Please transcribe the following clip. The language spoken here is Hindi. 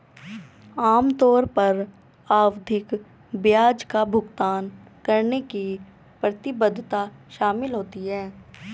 आम तौर पर आवधिक ब्याज का भुगतान करने की प्रतिबद्धता शामिल होती है